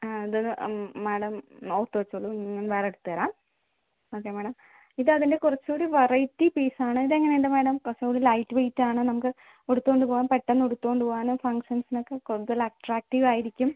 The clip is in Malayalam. ആ ഇത് ഒന്ന് മേഡം ഓർത്ത് വെച്ചോളൂ വേറെ എടുത്തുതരാം ഓക്കെ മേഡം ഇത് അതിൻ്റെ കുറച്ച് കൂടി വെറൈറ്റി പീസ് ആണ് ഇത് എങ്ങനെ ഉണ്ട് മേഡം കുറച്ച് കൂടി ലൈറ്റ് വെയ്റ്റ് ആണ് നമുക്ക് ഉടുത്തോണ്ട് പോകാം പെട്ടെന്ന് ഉടുത്തുകൊണ്ട് പോകാനും ഫംഗ്ഷൻസിന് ഒക്കെ കൂടുതൽ അട്ട്രാക്റ്റീവ് ആയിരിക്കും